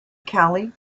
cali